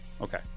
Okay